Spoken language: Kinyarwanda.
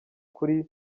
kuri